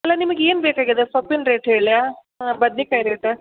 ಅಲ್ಲ ನಿಮಗ್ ಏನು ಬೇಕಾಗ್ಯದೆ ಸೊಪ್ಪಿನ ರೇಟ್ ಹೇಳ್ಯಾ ಹಾಂ ಬದ್ನೆಕಾಯಿ ರೇಟ